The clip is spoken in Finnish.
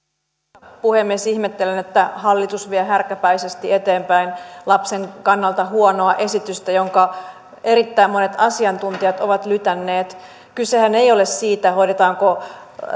arvoisa puhemies ihmettelen että hallitus vie härkäpäisesti eteenpäin lapsen kannalta huonoa esitystä jonka erittäin monet asiantuntijat ovat lytänneet kysehän ei ole siitä hoidetaanko